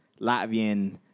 Latvian